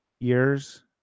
years